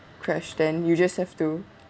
crash then you just have to